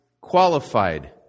qualified